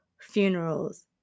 funerals